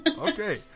Okay